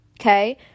okay